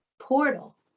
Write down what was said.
portal